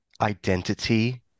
identity